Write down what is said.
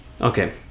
okay